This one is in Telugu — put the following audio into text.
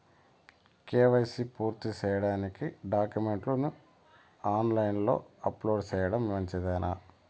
కే.వై.సి పూర్తి సేయడానికి డాక్యుమెంట్లు ని ఆన్ లైను లో అప్లోడ్ సేయడం మంచిదేనా?